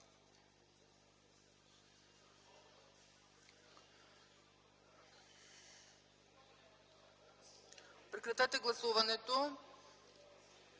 Прекратете гласуването!